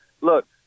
Look